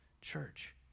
church